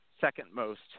second-most